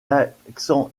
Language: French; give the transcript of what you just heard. accent